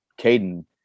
Caden